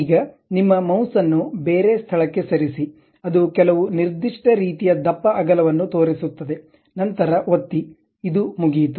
ಈಗ ನಿಮ್ಮ ಮೌಸ್ ಅನ್ನು ಬೇರೆ ಸ್ಥಳಕ್ಕೆ ಸರಿಸಿ ಅದು ಕೆಲವು ರೀತಿಯ ದಪ್ಪ ಅಗಲವನ್ನು ತೋರಿಸುತ್ತದೆ ನಂತರ ಒತ್ತಿ ಇದು ಮುಗಿಯಿತು